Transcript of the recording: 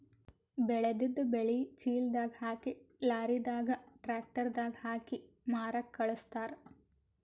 ಬೆಳೆದಿದ್ದ್ ಬೆಳಿ ಚೀಲದಾಗ್ ಹಾಕಿ ಲಾರಿದಾಗ್ ಟ್ರ್ಯಾಕ್ಟರ್ ದಾಗ್ ಹಾಕಿ ಮಾರಕ್ಕ್ ಖಳಸ್ತಾರ್